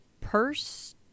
purse